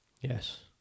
Yes